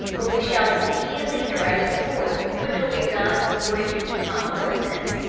where we shall immediately erect a fort, which will be done before you can come or send.